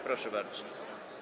Proszę bardzo.